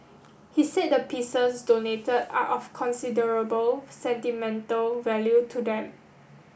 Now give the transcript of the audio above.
he said the pieces donated are of considerable sentimental value to them